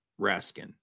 Raskin